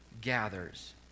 gathers